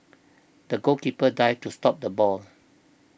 the goalkeeper dived to stop the ball